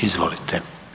Izvolite.